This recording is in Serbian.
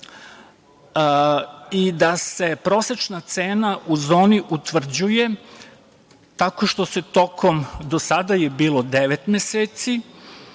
i da se prosečna cena u zoni utvrđuje tako što se tokom, do sada je bilo devet meseci,